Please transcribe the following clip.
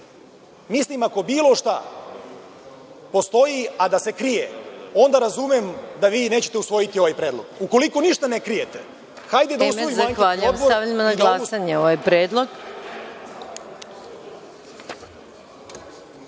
mislim ako bilo šta postoji, a da se krije, onda razumem da vi nećete usvojiti ovaj predlog. Ukoliko ništa ne krijete, hajde da usvojimo anketni odbor.